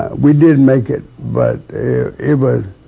we did make it but it was